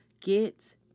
Get